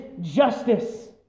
justice